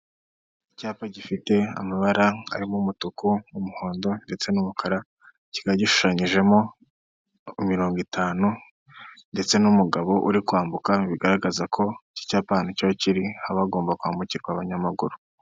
Icyapa gifite amabara arimo umutuku n'umuhondo ndetse n'umukara kikaba gishushanyijemo imirongo itanu, ndetse n'umugabo uri kwambuka bigaragaza ko ikicyapa ahantu cyiba kiri haba hagomba kwambukirwa abanyamaguru.